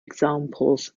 examples